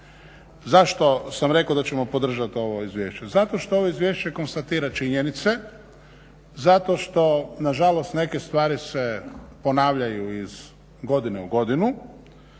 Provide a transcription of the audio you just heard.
Zašto sam rekao da ćemo podržati ovo izvješće? Zato što ovo izvješće konstatira činjenice, zato što nažalost neke stvari se ponavljaju iz godine u godinu